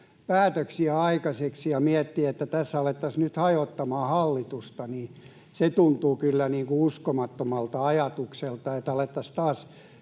päätöksiä aikaiseksi, ja jos miettii, että tässä alettaisiin nyt hajottamaan hallitusta, niin se tuntuu kyllä uskomattomalta ajatukselta: alettaisiin taas